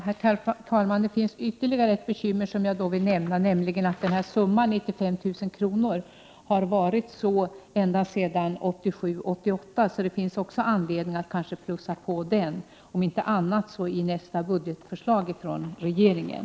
Herr talman! Det finns ytterligare ett bekymmer som jag vill nämna. Summan 95 000 kr. har varit konstant ända sedan 1987/88. Det finns kanske också anledning att öka den, om inte annat så i nästa budgetförslag ifrån regeringen.